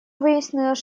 выяснилось